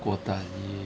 过大礼